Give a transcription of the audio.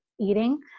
eating